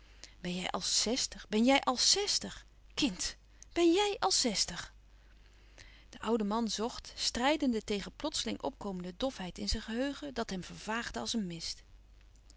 ben jij al zestig ben jij al zestig kind ben jij al zestig de oude man zocht strijdende tegen plotseling opkomende louis couperus van oude menschen de dingen die voorbij gaan dofheid in zijn geheugen dat hem vervaagde als een mist